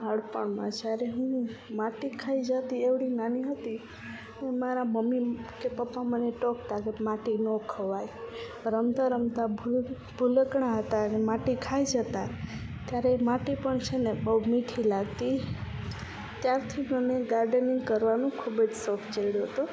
બાળપણમાં જયારે હું માટી ખાઈ જતી એવડી નાની હતી હું મારા મમ્મી કે પપ્પા મને ટોકતાં કે માટી ન ખવાય રમતા રમતા ભૂલકણાં હતાં ને માટી ખાઈ જતાં ત્યારે માટી પણ છે ને બહુ મીઠી લાગતી ત્યારથી મને ગાર્ડનિંગ કરવાનો ખૂબ જ શોખ ચડયો હતો